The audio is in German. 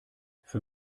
für